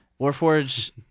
Warforge